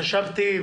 חשבתי